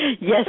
Yes